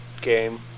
game